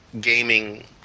Gaming